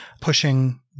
pushing